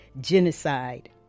genocide